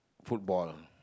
football